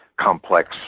complex